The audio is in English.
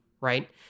right